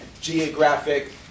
geographic